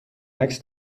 عکس